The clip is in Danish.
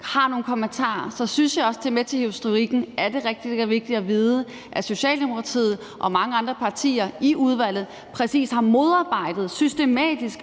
har nogle kommentarer, synes jeg også at det hører med til historikken og er rigtig vigtigt at vide, at Socialdemokratiet og mange andre partier i udvalget systematisk har modarbejdet